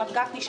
רב גפני,